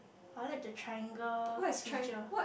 I like the triangle feature